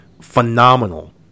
phenomenal